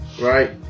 Right